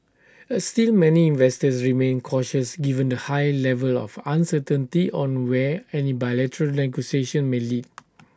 A still many investors remained cautious given the high level of uncertainty on where any bilateral may lead